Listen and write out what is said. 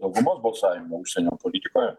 daugumos balsavimų užsienio politikoje